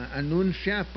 anuncia